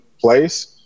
place